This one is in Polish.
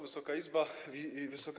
Wysoka Izbo!